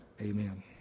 Amen